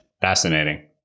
Fascinating